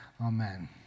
Amen